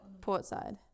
Portside